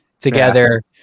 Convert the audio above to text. together